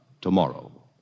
tomorrow